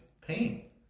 pain